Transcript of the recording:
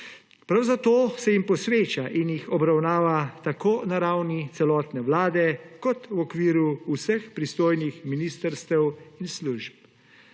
Prav zato se jim posveča in jih obravnavana ravni celotne vlade ter v okviru vseh pristojnih ministrstev in služb.